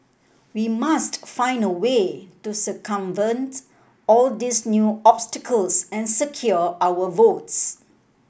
we must find a way to circumvent all these new obstacles and secure our votes